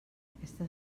aquesta